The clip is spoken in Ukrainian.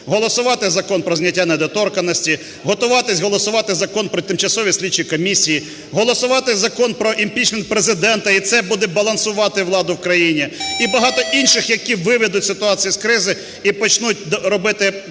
голосувати Закон про зняття недоторканності, готуватись голосувати Закон про тимчасові слідчі комісії, голосувати Закон про імпічмент Президента, і це буде балансувати владу в країні, і багато інших, які виведуть ситуацію з кризи і почнуть робити